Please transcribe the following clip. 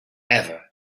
ever